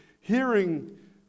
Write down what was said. hearing